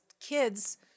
kids